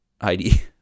ID